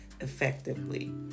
effectively